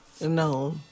no